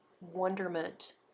wonderment